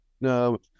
No